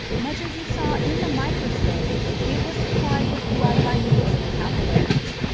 much as you saw in the microscope it was supplied with blood by means of the capillaries.